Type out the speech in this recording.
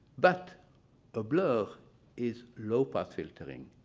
but the blur is low pass filtering,